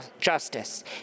justice